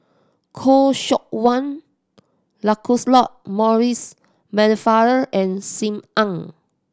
Khoo Seok Wan Lancelot Maurice Pennefather and Sim Ann